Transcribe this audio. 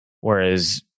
whereas